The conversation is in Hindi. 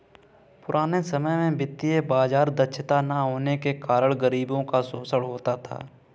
पुराने समय में वित्तीय बाजार दक्षता न होने के कारण गरीबों का शोषण होता था